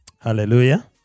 Hallelujah